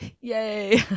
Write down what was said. Yay